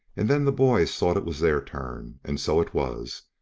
and then the boys thought it was their turn, and so it was,